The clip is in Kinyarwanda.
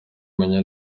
menya